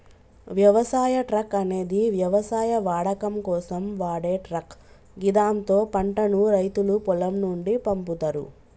వ్యవసాయ ట్రక్ అనేది వ్యవసాయ వాడకం కోసం వాడే ట్రక్ గిదాంతో పంటను రైతులు పొలం నుండి పంపుతరు